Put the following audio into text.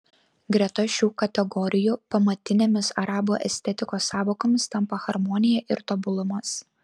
greta šių kategorijų pamatinėmis arabų estetikos sąvokomis tampa harmonija ir tobulumas